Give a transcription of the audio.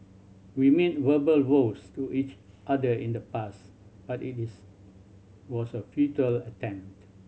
we made verbal vows to each other in the past but it is was a futile attempt